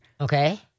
okay